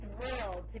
thrilled